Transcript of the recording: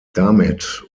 damit